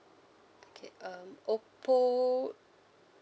okay um oppo